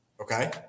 Okay